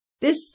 This